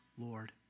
Lord